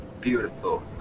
beautiful